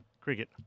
cricket